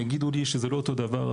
יגידו לי שזה לא אותו דבר,